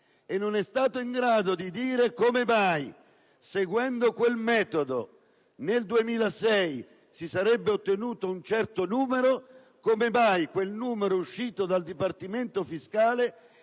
e non è stato in grado di dire come mai, seguendo quel metodo, nel 2006 si sarebbe ottenuto un certo numero, come mai quel numero uscito dal Dipartimento fiscale